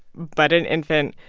but an infant,